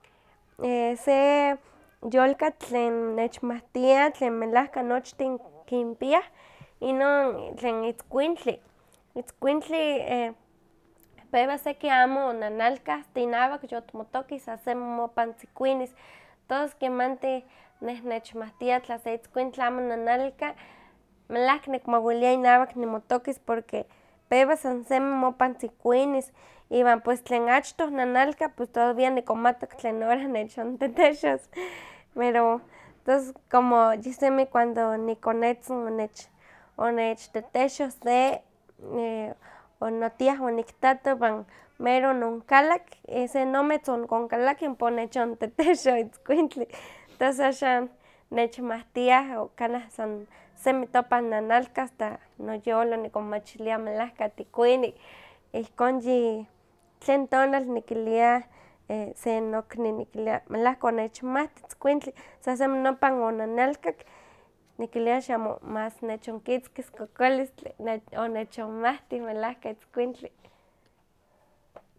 E- se yolkatl tlen nechmawtia tlen melahka miak kinpiah, inon tlen itzkuintli, itzkuintli e- pewa seki amo nanalka asta inawak yotimotokih sa semi mopan tzikuinis, tos kemanti neh nechmawtia tla se itzkuintli amo nanalka, melahka nikmawilia inawak nimotokis porque pewa san semi mopan tzikuinis, iwan pues tlen achtoh nanalka pues todavía nikonmatok tlen orah nechontetexos, pero tos como yisemi cuando nikonetzin onech- onechtetexoh se, e- o- notiah onikitato iwan, mero ononkalak, se nometz onikonkalakih ompa onechontetexoh itzkuintli, tos axan nechmawtiah, o kanah san semi topan nanalkah asta noyolo nikonmachilia melahka tikuini, ihkon yi tlen tonal nikilia se nokni nikilia melahka onechmawti itzkuintli sa semi nopan onanalkak nikilia xamo más nechonkitzkis kokolistli nech- onechonmawti melahka itzkuintli.